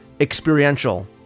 experiential